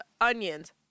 onions